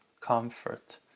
comfort